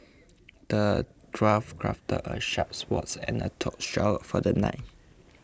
the dwarf crafted a sharp sword and a tough shield for the knight